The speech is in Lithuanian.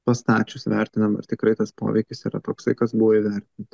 pastačius vertinam ar tikrai tas poveikis yra toksai kas buvo įvertinta